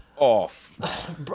Off